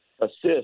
assist